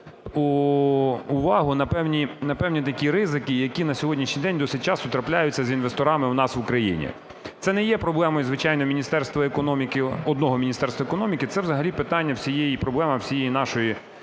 увагу на певні такі ризики, які на сьогоднішній день досить часто трапляються з інвесторами у нас в Україні. Це не є проблемою звичайно Міністерства економіки, одного Міністерства економіки, це взагалі питання всієї... проблема всієї нашої